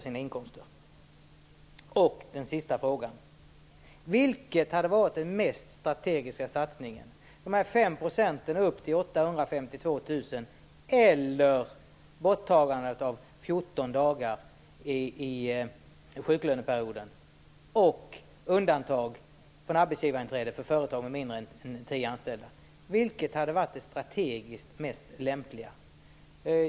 Den sista frågan: Vilken satsning hade varit den mest strategiska - höjningen av gränsen för det femprocentiga avdraget upp till 852 000 kr eller borttagandet av 14 dagar i sjuklöneperioden och undantag från arbetsgivarinträde för företag med mindre än tio anställda? Vilket hade varit det strategiskt mest lämpliga?